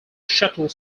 shuttle